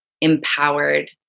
empowered